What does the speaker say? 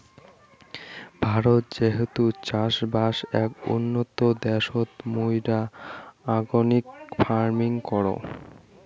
ভারত যেহেতু চাষবাস এক উন্নতম দ্যাশোত, মুইরা অর্গানিক ফার্মিং করাং